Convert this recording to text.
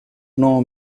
know